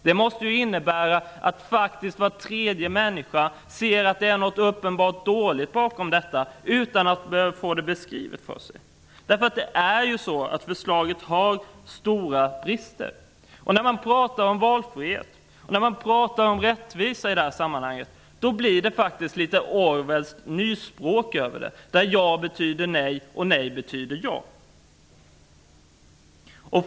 Det måste innebära att var tredje tillfrågad ser något uppenbart dåligt bakom detta utan att behöva få det beskrivet för sig. Förslaget har stora brister. När man talar om valfrihet och rättvisa i sammanhanget blir det litet orwellskt nyspråk över det, där ja betyder nej och nej betyder ja.